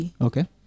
Okay